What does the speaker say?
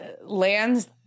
Lands